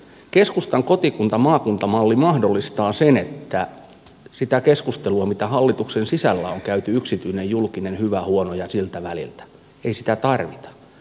keskustan kotikuntamaakunta malli mahdollistaa sen että sitä keskustelua mitä hallituksen sisällä on käyty yksityinen julkinen hyvä huono ja siltä väliltä ei tarvita